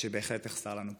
שבהחלט תחסר לנו פה.